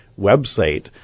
website